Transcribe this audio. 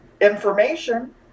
information